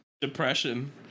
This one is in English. depression